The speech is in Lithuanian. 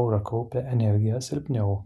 aura kaupia energiją silpniau